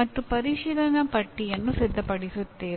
ಮತ್ತು ಪರಿಶೀಲನ ಪಟ್ಟಿಯನ್ನು ಸಿದ್ಧಪಡಿಸುತ್ತೇವೆ